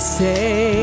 say